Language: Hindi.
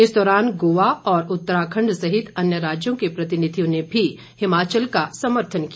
इस दौरान गोवा और उत्तराखण्ड सहित अन्य राज्यों के प्रतिनिधियों ने भी हिमाचल का समर्थन किया